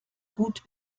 gut